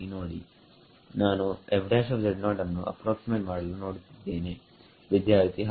ನೋಡಿ ನಾನು ಅನ್ನು ಅಪ್ರಾಕ್ಸಿಮೇಟ್ ಮಾಡಲು ನೋಡುತ್ತಿದ್ದೇನೆ ವಿದ್ಯಾರ್ಥಿಹೌದು